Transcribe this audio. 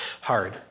hard